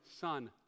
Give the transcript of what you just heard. son